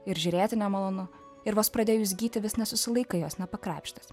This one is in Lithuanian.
ir žiūrėti nemalonu ir vos pradėjus gyti vis nesusilaikai jos nepakrapštęs